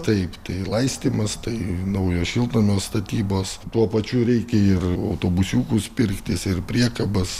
taip tai laistymas tai naujo šiltnamio statybos tuo pačiu reikia ir autobusiukus pirktis ir priekabas